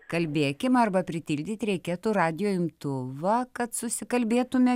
kalbėkim arba pritildyt reikėtų radijo imtuvą kad susikalbėtume